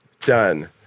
Done